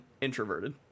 introverted